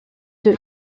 deux